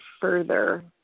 further